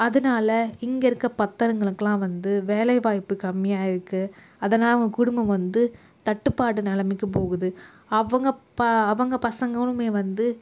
அதனால் இங்கே இருக்க பத்தருங்களுக்கெல்லாம் வந்து வேலை வாய்ப்பு கம்மியாக இருக்கு அதனால் அவங்க குடும்பம் வந்து தட்டுப்பாடு நிலைமைக்கு போகுது அவங்க அவங்க பசங்களும் வந்து